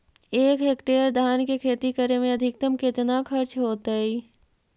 एक हेक्टेयर धान के खेती करे में अधिकतम केतना खर्चा होतइ?